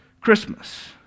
Christmas